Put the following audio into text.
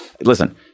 Listen